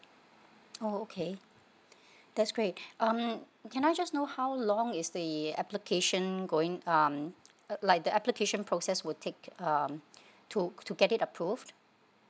oh okay that's great um can I just know how long is the application going um like the application process will take um to to get it approved